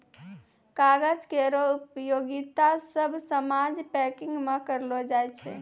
कागज केरो उपयोगिता सब सामान पैकिंग म करलो जाय छै